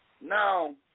Now